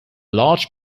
large